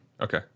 okay